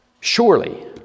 surely